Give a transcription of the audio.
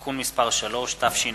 (תיקון מס' 3), התש"ע